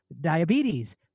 diabetes